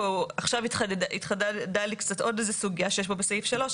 עכשיו התחדדה לי קצת עוד איזה סוגיה שיש פה בסעיף 3,